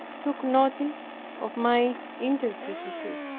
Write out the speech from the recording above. took notice of my intrepidity,